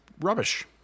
Rubbish